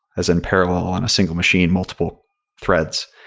as in parallel on a single machine multiple threads.